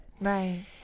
Right